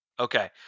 Okay